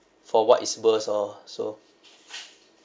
for what it's worth lor so